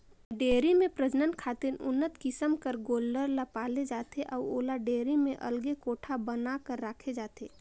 dairy में प्रजनन खातिर उन्नत किसम कर गोल्लर ल पाले जाथे अउ ओला डेयरी में अलगे कोठा बना कर राखे जाथे